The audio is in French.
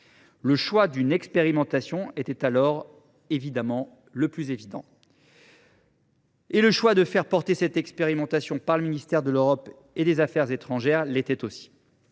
Le choix d’une expérimentation était alors le plus évident ; et le choix de confier cette expérimentation au ministère de l’Europe et des affaires étrangères l’était aussi.